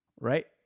right